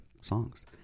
songs